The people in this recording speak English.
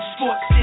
Sports